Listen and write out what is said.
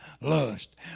lust